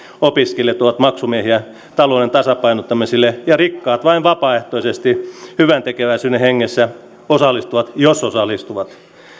ja opiskelijat ovat maksumiehiä talouden tasapainottamiselle ja rikkaat vain vapaaehtoisesti hyväntekeväisyyden hengessä osallistuvat jos osallistuvat